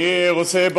אני רוצה,